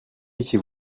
étiez